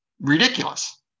ridiculous